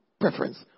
preference